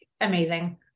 amazing